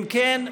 אם כן,